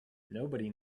nobody